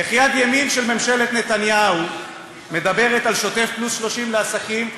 איך יד ימין של ממשלת נתניהו מדברת על שוטף פלוס 30 לעסקים,